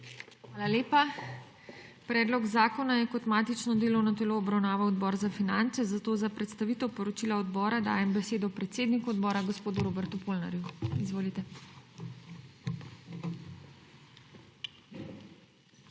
Hvala lepa. Predlog zakona je kot matično delovno telo obravnaval Odbor za finance, zato za predstavitev poročila odbora dajem besedo predsedniku odbora gospodu Robertu Polnarju. Izvolite. **ROBERT